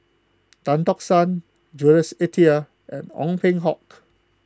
Tan Tock San Jules Itier and Ong Peng Hock